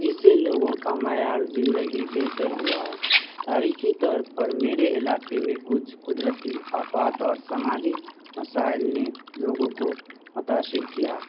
جس سے لوگوں کا معیار زندگی بہتر ہوا ہے تاریخی طور پر میرے علاقے میں کچھ قدرتی آفات اور سماجی مسائل نے لوگوں کو متاثر کیا ہے